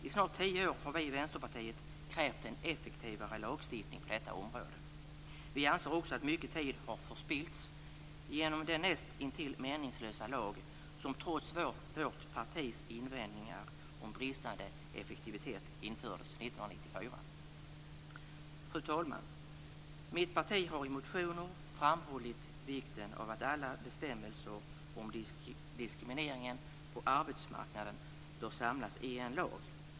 I snart tio år har vi i Vänsterpartiet krävt en effektivare lagstiftning på detta område. Vi anser också att mycket tid har förspillts genom den näst intill meningslösa lag som trots vårt partis invändningar om bristande effektivitet infördes 1994. Fru talman! Mitt parti har i motioner framhållit vikten av att alla bestämmelser om diskriminering på arbetsmarknaden bör samlas i en lag.